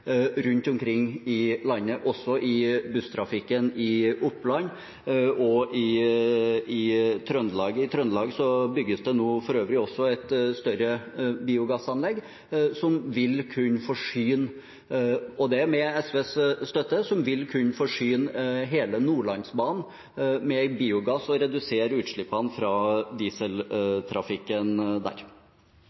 rundt omkring i landet, også i busstrafikken i Oppland og i Trøndelag. I Trøndelag bygges det nå for øvrig et større biogassanlegg – og det med SVs støtte – som vil kunne forsyne hele Nordlandsbanen med biogass og redusere utslippene fra dieseltrafikken der.